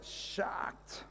shocked